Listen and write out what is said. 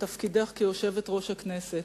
בתפקידך כיושבת-ראש הכנסת,